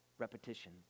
repetition